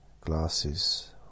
glasses